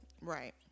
right